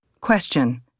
Question